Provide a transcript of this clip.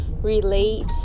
relate